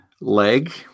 leg